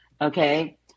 Okay